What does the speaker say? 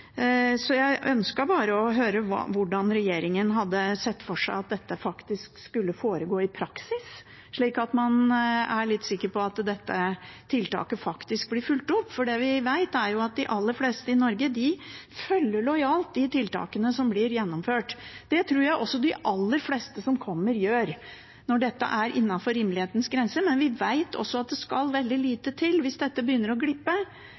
Jeg ønsket bare å høre hvordan regjeringen hadde sett for seg at dette faktisk skulle foregå i praksis, slik at man er litt sikker på at dette tiltaket faktisk blir fulgt opp. Det vi vet, er at de aller fleste i Norge lojalt følger de tiltakene som blir gjennomført. Det tror jeg også de aller fleste som kommer, gjør, når dette er innenfor rimelighetens grenser. Men vi vet også at det skal veldig lite til hvis dette begynner å glippe,